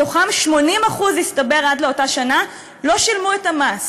מתוכם, 80%, הסתבר, עד לאותה שנה לא שילמו את המס.